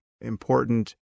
important